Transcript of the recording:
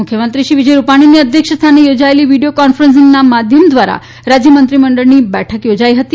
મુખ્યમંત્રી શ્રી વિજય રૂપાણીની અધ્યક્ષસ્થાને યોજાયેલી વીડિયો કોન્ફરન્સના માધ્યમ દ્વારા રાજ્ય મંત્રીમંડળની બેઠક યોજાઈ હતી